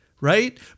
right